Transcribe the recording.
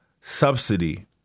subsidy